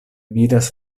vidas